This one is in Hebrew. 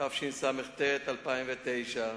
התשס"ט 2009,